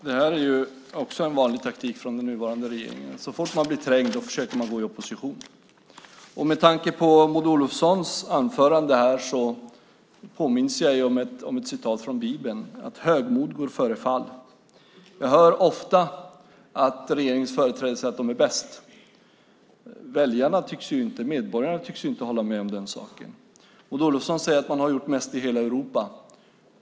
Fru talman! Det är en vanlig taktik från den nuvarande regeringen att så fort man blir trängd försöka gå i opposition. Med tanke på Maud Olofssons inlägg här påminns jag om ett citat från Bibeln: Högmod går före fall. Jag hör ofta regeringens företrädare säga att de är bäst, men medborgarna tycks inte hålla med om den saken. Maud Olofsson säger att man har gjort mest i hela Europa.